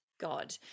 God